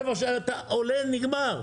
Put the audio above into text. רבע שעה אתה עולה, נגמר.